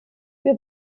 wir